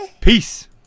peace